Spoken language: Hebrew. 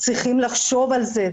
צריכים לחשוב על זה.